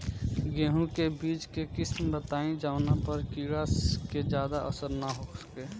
गेहूं के बीज के किस्म बताई जवना पर कीड़ा के ज्यादा असर न हो सके?